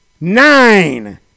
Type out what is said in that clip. nine